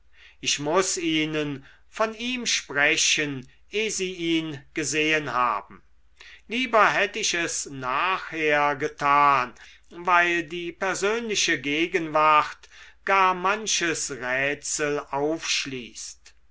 ich muß ihnen von ihm sprechen eh sie ihn gesehen haben lieber hätt ich es nachher getan weil die persönliche gegenwart gar manches rätsel aufschließt